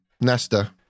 Nesta